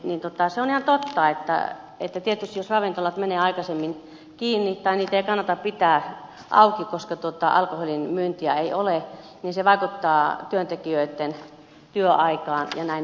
se on ihan totta että jos ravintolat menevät aikaisemmin kiinni tai niitä ei kannata pitää auki koska alkoholinmyyntiä ei ole se tietysti vaikuttaa työntekijöitten työaikaan ja niin edelleen